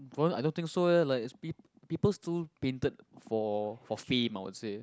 I don't think so leh like peop~ people still painted for for fame I would say